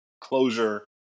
closure